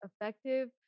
effective